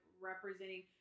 representing